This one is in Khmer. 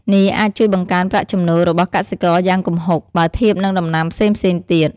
នេះអាចជួយបង្កើនប្រាក់ចំណូលរបស់កសិករយ៉ាងគំហុក បើធៀបនឹងដំណាំផ្សេងៗទៀត។